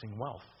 wealth